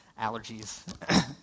allergies